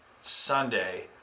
Sunday